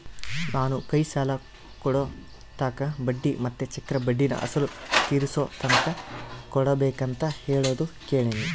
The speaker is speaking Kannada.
ನಾನು ಕೈ ಸಾಲ ಕೊಡೋರ್ತಾಕ ಬಡ್ಡಿ ಮತ್ತೆ ಚಕ್ರಬಡ್ಡಿನ ಅಸಲು ತೀರಿಸೋತಕನ ಕೊಡಬಕಂತ ಹೇಳೋದು ಕೇಳಿನಿ